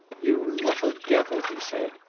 you little devil! he said,